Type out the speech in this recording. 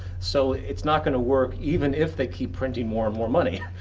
so it's not going to work, even if they keep printing more and more money.